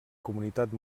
comunitat